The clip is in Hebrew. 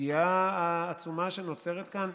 הפגיעה העצומה שנוצרת כאן,